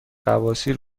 غواصی